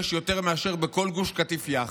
יש יותר מאשר בכל גוש קטיף יחד.